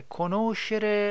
conoscere